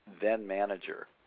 then-manager